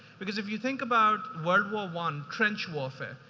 because if you think about world war one, trench warfare,